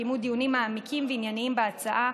שקיימו דיונים מעמיקים ועניינים בהצעה,